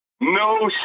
No